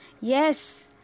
Yes